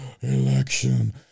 Election